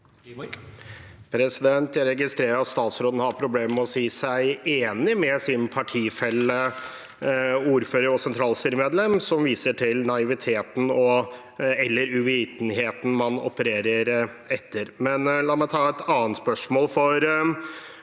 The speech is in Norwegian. Jeg registrerer at statsråden har problemer med å si seg enig med sin partifelle, som er ordfører og sentralstyremedlem, og som viser til naiviteten eller uvitenheten man opererer etter. La meg ta et annet spørsmål. Er